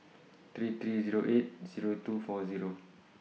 three three Zero eight Zero two four Zero